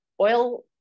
Oil